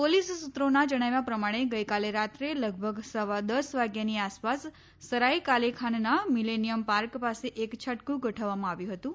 police સૂત્રોના જણાવ્યા પ્રમાણે ગઇકાલે રાત્રે લગભગ સવાદસ વાગ્યાની આસપાસ સરાઇ કાલેખાનના મિલેનિયમ પાર્ક પાસે એક છટકું ગોઠવવામાં આવ્યું હતું